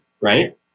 Right